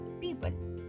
people